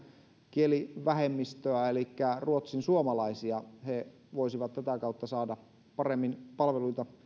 kielivähemmistöä elikkä ruotsinsuomalaisia he voisivat tätä kautta saada paremmin palveluita